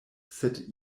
sed